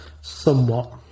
Somewhat